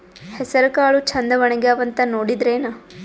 ಹೆಸರಕಾಳು ಛಂದ ಒಣಗ್ಯಾವಂತ ನೋಡಿದ್ರೆನ?